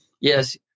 Yes